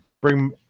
Bring